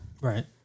Right